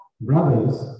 brothers